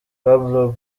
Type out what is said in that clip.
pablo